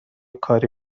کاری